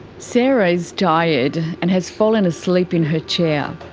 sarah is tired, and has fallen asleep in her chair.